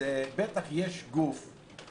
שיהיו גופים